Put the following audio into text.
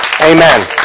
Amen